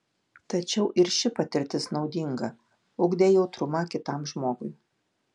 tačiau ir ši patirtis naudinga ugdė jautrumą kitam žmogui